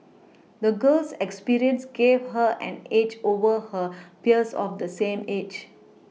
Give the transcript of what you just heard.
the girl's experiences gave her an edge over her peers of the same age